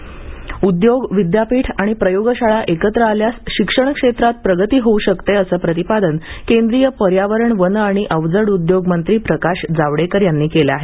उदयोग जावडेकर उद्योग विद्यापीठ आणि प्रयोगशाळा एकत्र आल्यास शिक्षण क्षेत्रात प्रगती होऊ शकते असं प्रतिपादन केंद्रीय पर्यावरण वन आणि अवजड उद्योग मंत्री प्रकाश जावडेकर यांनी केलं आहे